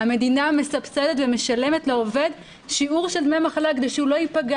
המדינה מסבסדת ומשלמת לעובד שיעור של דמי מחלה כדי שהוא לא ייפגע.